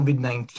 COVID-19